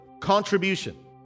contribution